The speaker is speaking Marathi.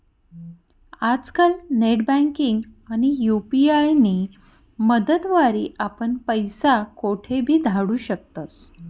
आजकाल नेटबँकिंग आणि यु.पी.आय नी मदतवरी आपण पैसा कोठेबी धाडू शकतस